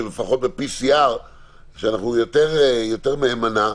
לפחות ב-PCR שהיא יותר מהימנה,